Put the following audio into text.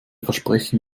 versprechen